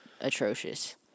atrocious